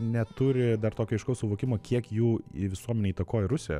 neturi dar tokio aiškaus suvokimo kiek jų į visuomenę įtakoja rusija